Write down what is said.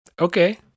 Okay